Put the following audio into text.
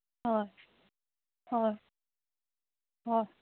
হয় হয় হয়